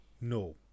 no